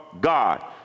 God